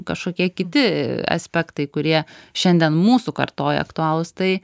kažkokie kiti aspektai kurie šiandien mūsų kartoj aktualūs tai